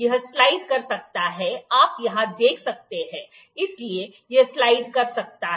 यह स्लाइड कर सकता है आप यहां देख सकते हैं इसलिए यह स्लाइड कर सकता है